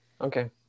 Okay